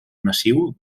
massiu